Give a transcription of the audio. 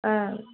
ஆ